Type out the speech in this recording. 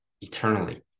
eternally